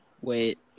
Wait